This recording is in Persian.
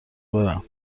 برم